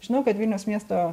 žinau kad vilniaus miesto